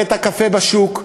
אנחנו מדברים על בית-הקפה בשוק,